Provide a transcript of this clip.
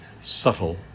subtle